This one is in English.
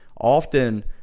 Often